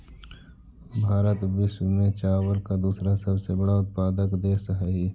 भारत विश्व में चावल का दूसरा सबसे बड़ा उत्पादक देश हई